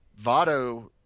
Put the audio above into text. Votto –